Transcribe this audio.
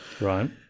Right